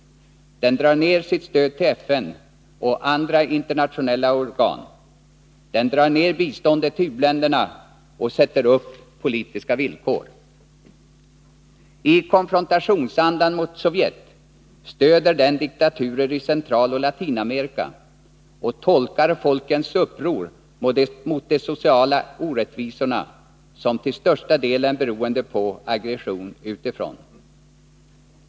Den drar ned sitt stöd till FN och andra internationella organ, den drar ned biståndet till u-länderna och sätter upp politiska villkor. I konfrontationsandan mot Sovjet stöder den diktaturer i Centraloch Latinamerika och tolkar folkens uppror mot de sociala orättvisorna som till största delen beroende på aggression utifrån.